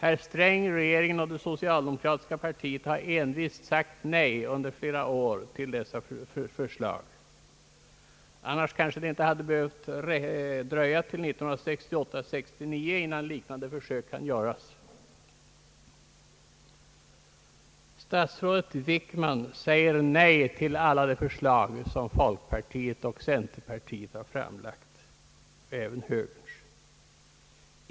Herr Sträng, regeringen och det socialdemokratiska partiet har envist sagt nej under flera år till dessa förslag. Annars hade det kanske inte behövt dröja till 1968—1969 innan liknande försök kan göras. Statsrådet Wickman säger nej till alla de förslag som folkpartiet, centern och högerpartiet har lagt fram.